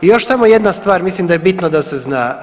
I još samo jedna stvar, mislim da je bitno da se zna.